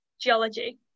geology